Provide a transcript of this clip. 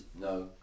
no